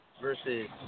versus